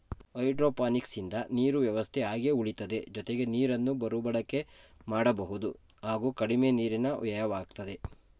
ಹೈಡ್ರೋಪೋನಿಕ್ಸಿಂದ ನೀರು ವ್ಯವಸ್ಥೆ ಹಾಗೆ ಉಳಿತದೆ ಜೊತೆಗೆ ನೀರನ್ನು ಮರುಬಳಕೆ ಮಾಡಬಹುದು ಹಾಗೂ ಕಡಿಮೆ ನೀರಿನ ವ್ಯಯವಾಗ್ತದೆ